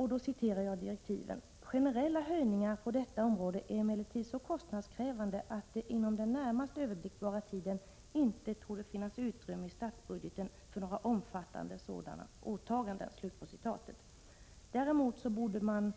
Han anförde: ”Generella höjningar på detta område är emellertid så kostnadskrävande att det inom den närmast överblickbara tiden inte torde finnas utrymme i statsbudgeten för några omfattande sådana åtaganden.” Däremot borde man